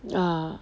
ya